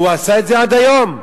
הוא עשה את זה עד היום?